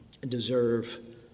deserve